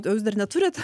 o jūs dar neturit